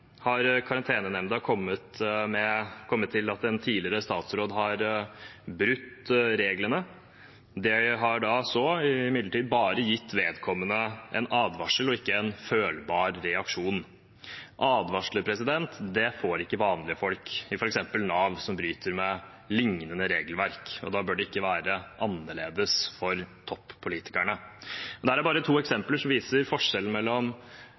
har Karantenenemnda kommet til at en tidligere statsråd har brutt reglene. De har imidlertid bare gitt vedkommende en advarsel og ikke en følbar reaksjon. Advarsler får ikke vanlige folk som bryter med lignende regelverk, i f.eks. Nav, og da bør det ikke være annerledes for toppolitikerne. Dette er bare to eksempler som viser forskjellen mellom